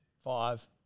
Five